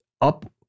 up